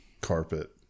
carpet